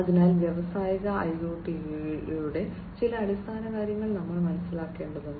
അതിനാൽ വ്യാവസായിക ഐഒടിയുടെ ചില അടിസ്ഥാനകാര്യങ്ങൾ നമ്മൾ മനസ്സിലാക്കേണ്ടതുണ്ട്